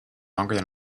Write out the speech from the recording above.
longer